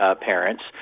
parents